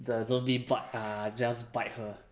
the zombie ah just bite her